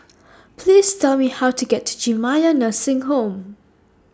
Please Tell Me How to get to Jamiyah Nursing Home